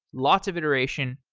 lots of iteration,